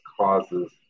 causes